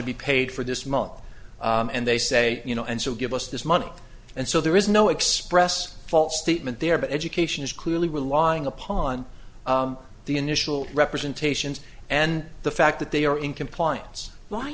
to be paid for this month and they say you know and so give us this money and so there is no express fault statement there but education is clearly relying upon the initial representations and the fact that they are in compliance